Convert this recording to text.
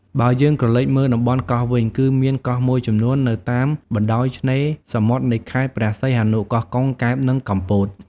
បើយើងក្រលេកមើលតំបន់កោះវិញ គឺមានកោះមួយចំនួននៅតាមបណ្ដោយឆ្នេរសមុទ្រនៃខេត្តព្រះសីហនុ កោះកុង កែប និងកំពត។